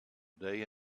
day